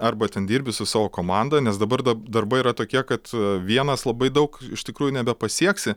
arba ten dirbi su savo komanda nes dabar dar darbai yra tokie kad vienas labai daug iš tikrųjų nebepasieksi